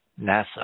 NASA